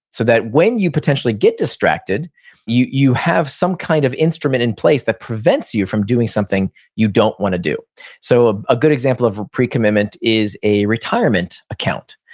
so that when you potentially get distracted you you have some kind of instrument in place that prevents you from doing something you don't want to do so ah a good example of a precommitment is a retirement account,